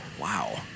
wow